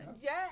Yes